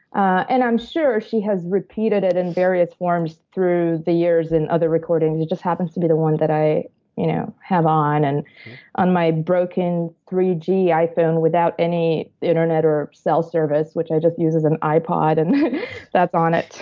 and i'm sure she has repeated it in various forms through the years in other recording. and it just happens to be the one that i you know have on and on my broken three g iphone without any internet or cell service which i just use as an ipod. and that's on it.